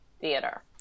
theater